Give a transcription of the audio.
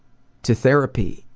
to therapy.